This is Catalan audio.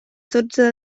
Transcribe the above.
dotze